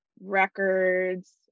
records